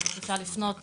אפשר לפנות